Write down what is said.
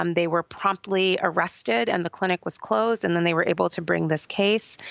um they were promptly arrested and the clinic was closed and then they were able to bring this case.